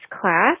class